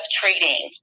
treating